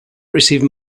received